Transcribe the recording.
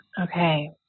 Okay